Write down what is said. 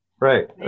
Right